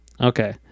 Okay